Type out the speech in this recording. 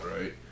right